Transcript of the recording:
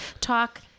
talk